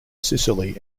sicily